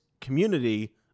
community